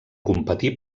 competir